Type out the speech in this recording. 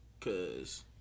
cause